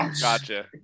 Gotcha